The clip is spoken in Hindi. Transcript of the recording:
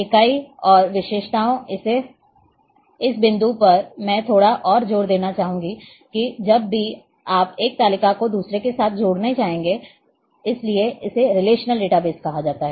इकाई और विशेषताओं इस बिंदु पर मैं थोड़ा और जोर देना चाहूंगा कि जब भी आप एक तालिका को दूसरे के साथ जोड़ना चाहेंगे इसीलिए इसे रिलेशनल डेटाबेस कहा जाता है